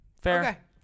Fair